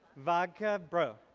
vodka? bro.